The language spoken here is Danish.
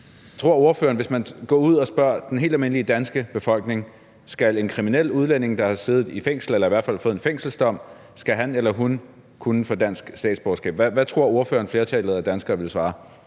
Hvis man går ud og spørger den helt almindelige danske befolkning, om en kriminel udlænding, der har siddet i fængsel eller i hvert fald har fået en fængselsdom, skal kunne få dansk statsborgerskab, hvad tror ordføreren at flertallet af danskerne ville svare?